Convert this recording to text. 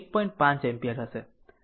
5 ampere હશે